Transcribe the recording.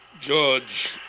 George